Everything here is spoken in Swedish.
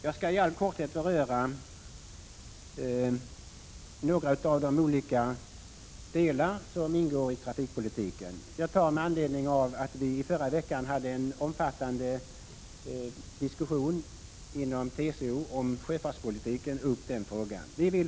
Jag skall i all korthet beröra några av de olika delar som ingår i trafikpolitiken. Jag tar med anledning av att vi i förra veckan hade en omfattande diskussion inom TCO om sjöfartspolitiken upp den frågan.